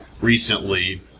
recently